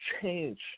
change